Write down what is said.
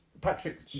Patrick